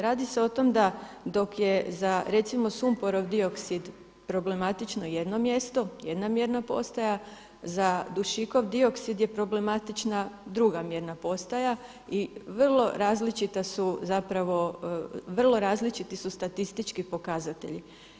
Radi se o tome da dok je za recimo sumporov dioksid problematično jedno mjesto, jedna mjerna postaja, za dušikov dioksid je problematična druga mjerna postaja i vrlo različita su zapravo, vrlo različiti su statistički pokazatelji.